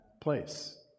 place